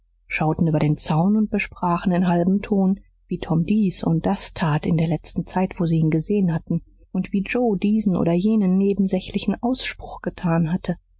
schauten über den zaun und besprachen in halbem ton wie tom dies und das tat in der letzten zeit wo sie ihn gesehen hatten und wie joe diesen und jenen nebensächlichen ausspruch getan hatte